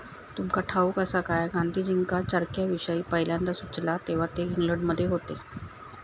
तुमका ठाऊक आसा काय, गांधीजींका चरख्याविषयी पयल्यांदा सुचला तेव्हा ते इंग्लंडमध्ये होते